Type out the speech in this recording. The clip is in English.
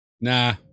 Nah